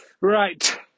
Right